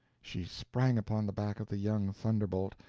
she sprang upon the back of the young thunderbolt,